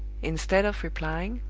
instead of replying,